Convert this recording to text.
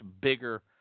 bigger